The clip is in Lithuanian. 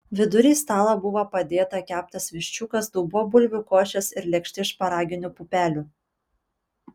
vidury stalo buvo padėta keptas viščiukas dubuo bulvių košės ir lėkštė šparaginių pupelių